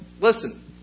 Listen